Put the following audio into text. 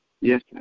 Yes